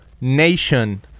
nation